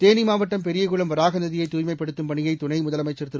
தேனி மாவட்டம் பெரியகுளம் வராக நதியை தூய்மைப்படுத்தும் பணியை துணை முதலமைச்சர் திரு